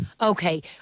Okay